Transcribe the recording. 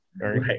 Right